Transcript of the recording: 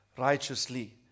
righteously